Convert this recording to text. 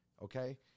okay